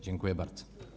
Dziękuję bardzo.